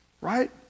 right